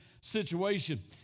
situation